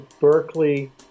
Berkeley